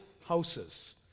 houses